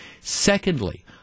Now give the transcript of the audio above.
Secondly